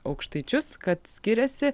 aukštaičius kad skiriasi